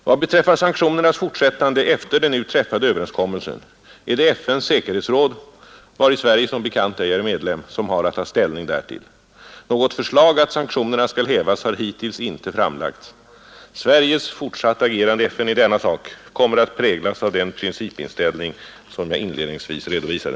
Vad beträffar sanktionernas fortsättande efter den nu träffade överenskommelsen är det FN:s säkerhetsråd, vari Sverige som bekant ej är medlem, som har att ta ställning därtill. Något förslag att sanktionerna skall hävas har hittills inte framlagts. Sveriges fortsatta agerande i FN i denna sak kommer att präglas av den principinställning, som jag inledningsvis redovisade.